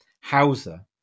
Hausa